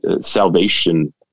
salvation